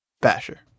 basher